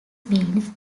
means